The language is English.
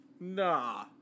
Nah